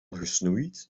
gesnoeid